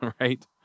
right